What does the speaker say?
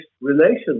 relations